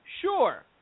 sure